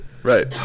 Right